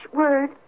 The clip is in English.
word